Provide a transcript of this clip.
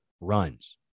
runs